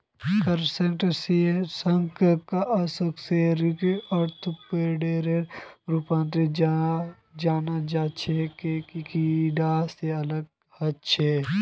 क्रस्टेशियंसक अकशेरुकी आर्थ्रोपोडेर रूपत जाना जा छे जे कीडा से अलग ह छे